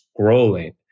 scrolling